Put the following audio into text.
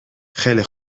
خیلی